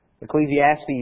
Ecclesiastes